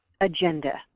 agenda